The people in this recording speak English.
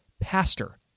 pastor